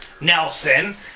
Nelson